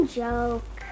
joke